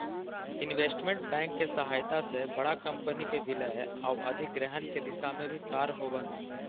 investment bank के सहायता से बड़ा कंपनी के विलय आउ अधिग्रहण के दिशा में भी कार्य होवऽ हइ